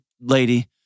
lady